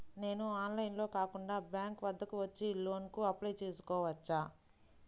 నేను ఆన్లైన్లో కాకుండా బ్యాంక్ వద్దకు వచ్చి లోన్ కు అప్లై చేసుకోవచ్చా?